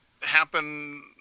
happen